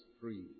free